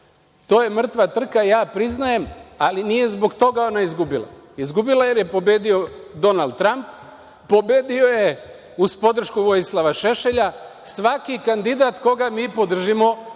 To je mrtva trka. Ja priznajem, ali nije zbog toga ona izgubila. Izgubila je jer je pobedio Donald Tramp, pobedio je uz podršku Vojislava Šešelja. Svaki kandidat koga mi podržimo pobedi,